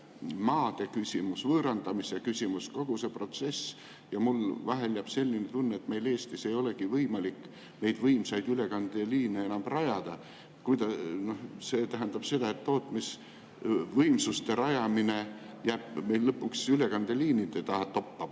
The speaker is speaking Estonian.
maade küsimust, võõrandamise küsimust, kogu seda protsessi. Vahel on selline tunne, et meil Eestis ei olegi võimalik neid võimsaid ülekandeliine enam rajada. See tähendab seda, et tootmisvõimsuste rajamine jääb meil lõpuks ülekandeliinide taha toppama.